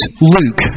Luke